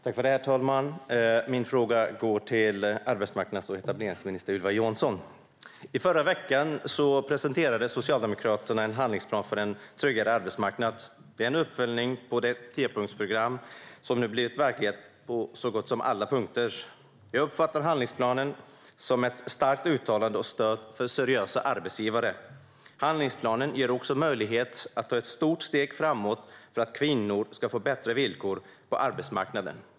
Herr talman! Min fråga går till arbetsmarknads och etableringsminister Ylva Johansson. I förra veckan presenterade Socialdemokraterna en handlingsplan för en tryggare arbetsmarknad. Det är en uppföljning av det tiopunktsprogram som nu har blivit verklighet på så gott som alla punkter. Jag uppfattar handlingsplanen som ett starkt uttalande och stöd för seriösa arbetsgivare. Den ger också möjlighet att ta ett stort steg framåt för att kvinnor ska få bättre villkor på arbetsmarknaden.